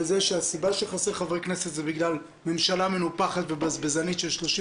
בזה שהסיבה שחסרים חברי כנסת היא בגלל ממשלה מנופחת ובזבזנית של 36